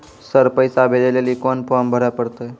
Sir पैसा भेजै लेली कोन फॉर्म भरे परतै?